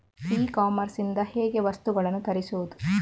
E commerce ಇಂದ ಹೇಗೆ ವಸ್ತುಗಳನ್ನು ತರಿಸುವುದು?